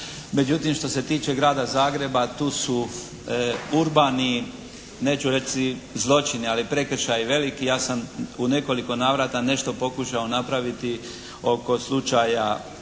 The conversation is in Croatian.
Međutim, što se tiče Grada Zagreba, tu su urbani neću reći zločini ali prekršaji veliki. Ja sam u nekoliko navrata nešto pokušao napraviti oko slučaja